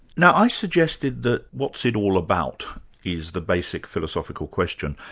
now i suggested that what's it all about is the basic philosophical question,